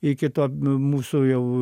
iki to mūsų jau